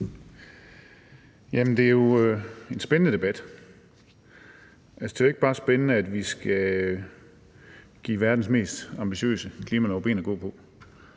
formand. Det er jo en spændende debat. Det er ikke bare spændende, at vi skal give verdens mest ambitiøse klimalov ben at gå på,